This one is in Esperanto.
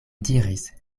diris